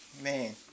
man